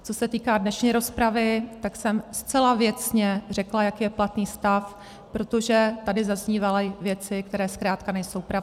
Co se týká dnešní rozpravy, tak jsem zcela věcně řekla, jaký je platný stav, protože tady zaznívaly věci, které zkrátka nejsou pravda.